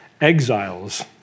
exiles